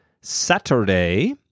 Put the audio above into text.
saturday